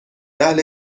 اهل